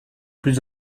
plus